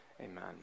Amen